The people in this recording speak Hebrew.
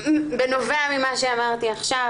בנובע ממה שאמרתי עכשיו,